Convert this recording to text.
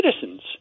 citizens